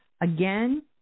Again